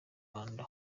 rwanda